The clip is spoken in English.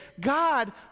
God